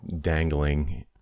dangling